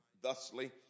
thusly